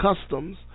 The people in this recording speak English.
customs